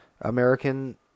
American